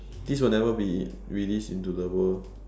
this will never be released into the world